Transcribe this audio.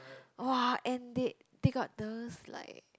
!wah! and they they got those like